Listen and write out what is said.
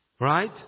Right